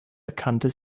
erkannte